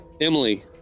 Emily